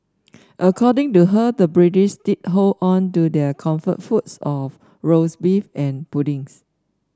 according to her the British did hold on to their comfort foods of roast beef and puddings